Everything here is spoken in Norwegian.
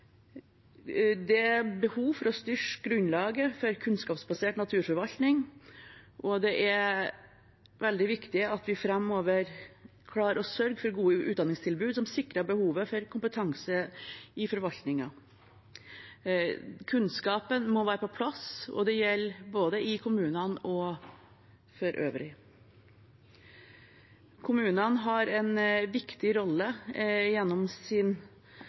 Det er behov for å styrke grunnlaget for kunnskapsbasert naturforvaltning, og det er veldig viktig at vi framover klarer å sørge for gode utdanningstilbud som sikrer behovet for kompetanse i forvaltningen. Kunnskapen må være på plass, og det gjelder både i kommunene og for øvrig. Kommunene har en viktig rolle gjennom sin